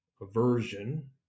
version